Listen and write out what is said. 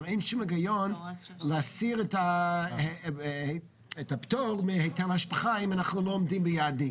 אין שום היגיון להסיר את הפטור מהיטל השבחה אם אנחנו לא עומדים ביעדים.